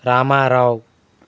Ramarao